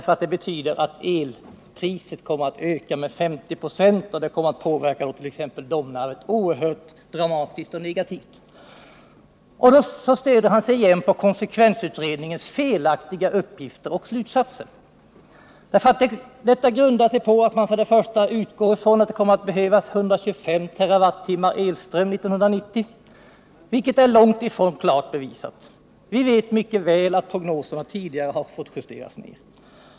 Elpriset kommer, heter det, att öka med 50 92, vilket kommer att påverka t.ex. Domnarvet oerhört negativt. Här stöder han sig igen på konsekvensutredningens felaktiga uppgifter och slutsatser. Dessa grundar sig på att det kommer att behövas 125 TWh elström år 1990, vilket är långt ifrån klart bevisat. Vi vet mycket väl att prognoserna tidigare har fått justeras ned.